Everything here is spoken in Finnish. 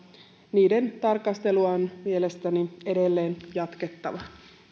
niiden tarkastelua on mielestäni edelleen jatkettava